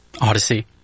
Odyssey